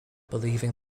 believing